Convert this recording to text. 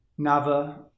Nava